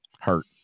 Hurt